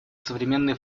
современные